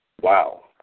Wow